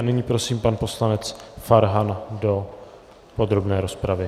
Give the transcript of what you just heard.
Nyní prosím pana poslance Farhana do podrobné rozpravy.